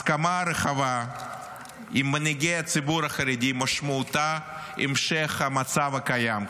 הסכמה רחבה עם מנהיגי הציבור החרדי משמעותה המשך המצב הקיים,